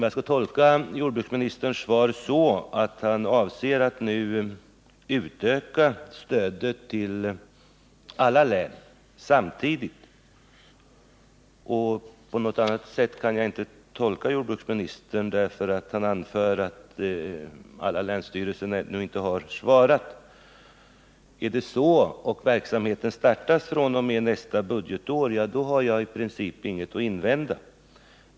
Jag tolkar jordbruksministerns svar så att han avser att nu utöka stödet till alla län samtidigt — på något annat sätt kan jag inte tolka jordbruksministern, eftersom han anför att alla länsstyrelser ännu inte har svarat. Om min tolkning är riktig och om verksamheten startas fr.o.m. nästa budgetår har jag i princip ingenting att invända.